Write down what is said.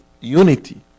unity